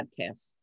podcast